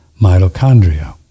mitochondria